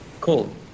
cool